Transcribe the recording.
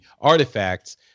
artifacts